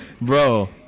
Bro